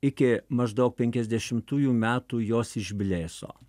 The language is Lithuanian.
iki maždaug penkiasdešimųjų metų jos išblėso